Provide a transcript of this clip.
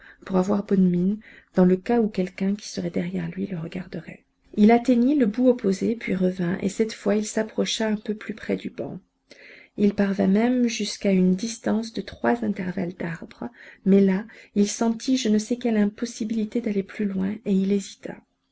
pour avoir bonne mine dans le cas où quelqu'un qui serait derrière lui le regarderait il atteignit le bout opposé puis revint et cette fois il s'approcha un peu plus près du banc il parvint même jusqu'à une distance de trois intervalles d'arbres mais là il sentit je ne sais quelle impossibilité d'aller plus loin et il hésita